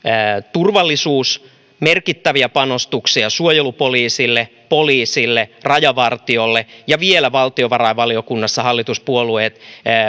turvallisuus merkittäviä panostuksia suojelupoliisille poliisille rajavartiostolle ja vielä valtiovarainvaliokunnassa hallituspuolueet